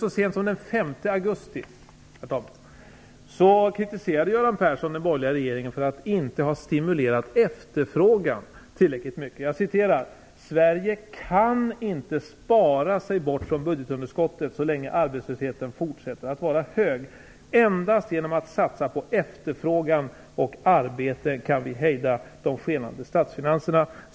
Så sent som den 5 augusti kritiserade Göran Persson den borgerliga regeringen för att inte ha stimulerat efterfrågan tillräckligt mycket. Göran Persson sade vid det tillfället: Sverige kan inte spara sig bort från budgetunderskottet så länge arbetslösheten fortsätter att vara hög. Endast genom att satsa på efterfrågan och arbete kan vi hejda de skenande statsfinanserna.